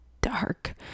dark